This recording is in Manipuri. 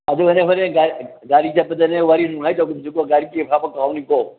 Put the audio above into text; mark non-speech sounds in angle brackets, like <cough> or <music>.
ꯑꯗꯨ ꯍꯣꯔꯦꯟ ꯒꯥꯔꯤ ꯆꯠꯄꯗꯅꯦ ꯋꯥꯔꯤ ꯅꯨꯡꯉꯥꯏ <unintelligible> ꯒꯥꯔꯤ ꯆꯦ ꯍꯥꯞꯄ ꯀꯥꯎꯅꯤꯀꯣ